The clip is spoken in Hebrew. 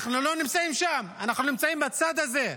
אנחנו לא נמצאים שם, אנחנו נמצאים בצד הזה,